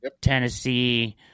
Tennessee